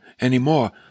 anymore